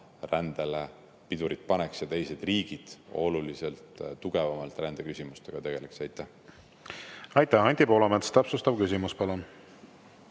rändale piduri paneks ja teised riigid oluliselt tugevamalt rändeküsimustega tegeleks. Aitäh! Anti Poolamets, täpsustav küsimus,